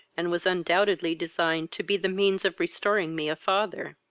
and was undoubtedly designed to be the means of restoring me a father.